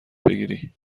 بگیری